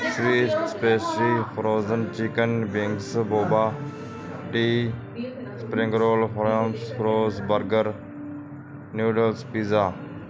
ਸਪੈਸ spicy frozen chicken wings boba tea spring roll ਫੁਲਾ ਰੋਜ burger noodles pizza